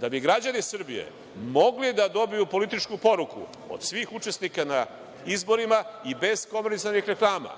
da bi građani Srbije mogli da dobiju političku poruku od svih učesnika na izborima i bez komercijalnih reklama,